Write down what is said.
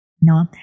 No